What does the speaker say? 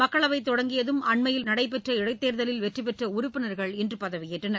மக்களவைத் தொடங்கியதும் அண்மையில் நடைபெற்ற இடைத்தேர்தலில் வெற்றிபெற்ற உறுப்பினர்கள் இன்று பதவியேற்றனர்